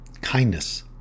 kindness